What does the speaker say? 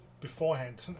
beforehand